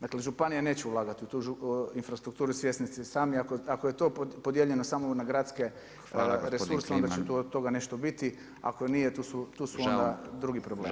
Dakle županije neće ulagati u tu infrastrukturu, svjesni ste i sami, ako je to podijeljeno samo na gradske [[Upadica: Hvala gospodin Kliman.]] resurse onda će od toga nešto biti, ako nije to su onda drugi problemi.